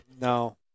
No